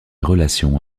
relations